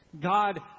God